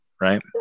right